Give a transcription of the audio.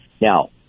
Now